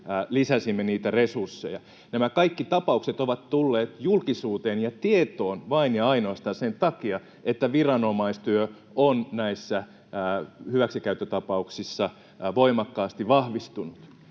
lisäsimme niitä resursseja. Nämä kaikki tapaukset ovat tulleet julkisuuteen ja tietoon vain ja ainoastaan sen takia, että viranomaistyö on näissä hyväksikäyttötapauksissa voimakkaasti vahvistunut.